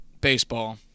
baseball